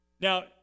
Now